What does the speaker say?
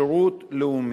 שירות לאומי.